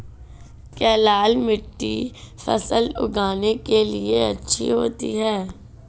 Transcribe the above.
क्या लाल मिट्टी फसल उगाने के लिए अच्छी होती है?